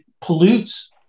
pollutes